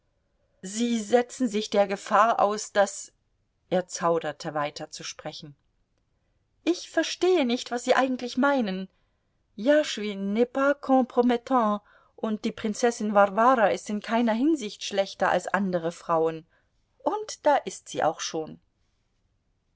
sie setzen sich der gefahr aus daß er zauderte weiterzusprechen ich verstehe nicht was sie eigentlich meinen jaschwin n'est pas compromettant und die prinzessin warwara ist in keiner hinsicht schlechter als andere frauen und da ist sie auch schon